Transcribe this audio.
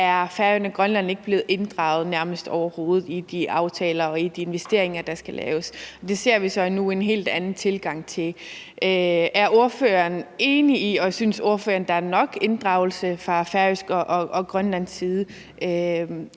blev Færøerne og Grønland ikke inddraget, nærmest overhovedet ikke, i de aftaler og de investeringer, der skal laves. Det ser vi så nu en helt anden tilgang til. Er ordføreren enig i det, og synes ordføreren, at der er nok inddragelse af Færøerne og Grønland i